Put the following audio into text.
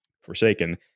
forsaken